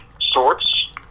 sorts